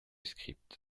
script